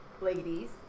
ladies